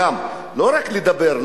לא רק לדבר,